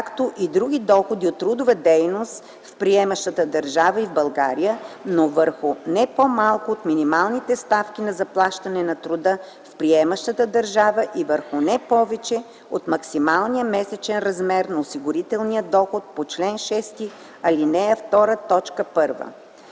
както и други доходи от трудова дейност в приемащата държава и в България, но върху не по-малко от минималните ставки на заплащане на труда в приемащата държава и върху не повече от максималния месечен размер на осигурителния доход по чл. 6, ал. 2, т.1.